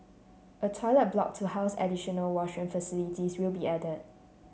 a toilet block to house additional washroom facilities will be added